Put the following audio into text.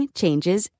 changes